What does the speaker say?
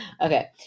Okay